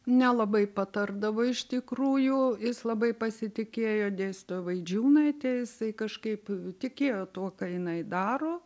nelabai patardavo iš tikrųjų jis labai pasitikėjo dėstytoja vaidžiūnaite jisai kažkaip tikėjo tuo ką jinai daro